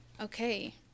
Okay